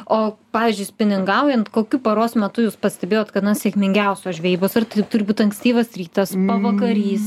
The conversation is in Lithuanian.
o pavyzdžiui spiningaujant kokiu paros metu jūs pastebėjot kad na sėkmingiausios žvejybos ar tai turi būt ankstyvas rytas pavakarys